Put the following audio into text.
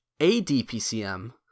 ADPCM